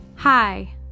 Hi